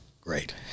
Great